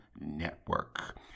Network